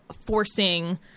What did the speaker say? forcing